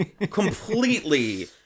Completely